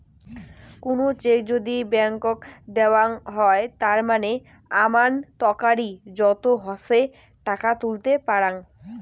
কুনো চেক যদি ব্ল্যান্ক দেওয়াঙ হই তার মানে আমানতকারী যত ইচ্ছে টাকা তুলতে পারাং